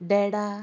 देडा